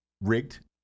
rigged